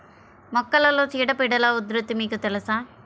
మొక్కలలో చీడపీడల ఉధృతి మీకు తెలుసా?